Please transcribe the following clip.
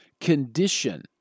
condition